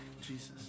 Jesus